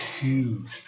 huge